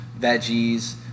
veggies